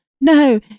No